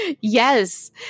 Yes